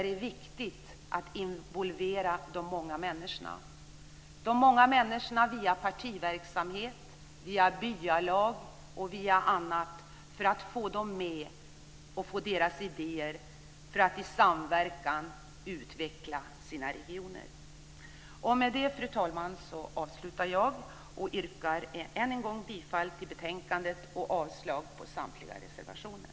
Det viktiga är att involvera de många människorna via partiverksamhet, via byalag osv. och få deras idéer för att i samverkan utveckla deras regioner. Fru talman! Jag yrkar avslutningsvis än en gång bifall till utskottets förslag och avslag på samtliga reservationer.